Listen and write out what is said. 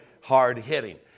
hard-hitting